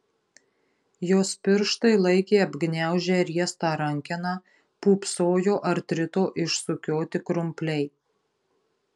jos pirštai laikė apgniaužę riestą rankeną pūpsojo artrito išsukioti krumpliai